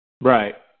Right